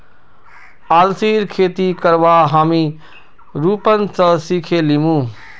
अलसीर खेती करवा हामी रूपन स सिखे लीमु